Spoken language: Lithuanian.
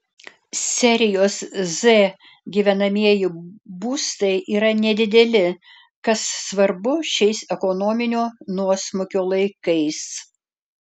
serijos z gyvenamieji būstai yra nedideli kas svarbu šiais ekonominio nuosmukio laikais